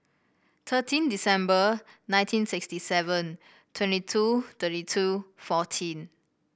thirteen December nineteen sixty seven twenty two thirty two fourteen